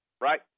right